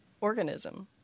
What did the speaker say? organism